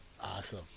Awesome